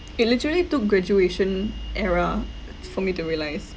it literally took graduation era for me to realise